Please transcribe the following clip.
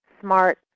smart